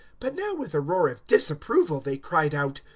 but now with a roar of disapproval they cried out,